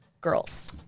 girls